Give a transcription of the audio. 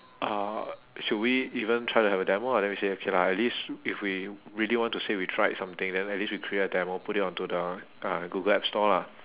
uh should we even try to have a demo ah then we say okay lah at least if we really want to say we tried something then at least we create a demo put it onto the uh google app store lah